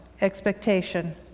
expectation